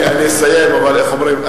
אני אסיים, אבל, איך אומרים?